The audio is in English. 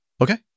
Okay